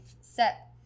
set